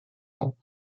ans